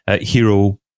hero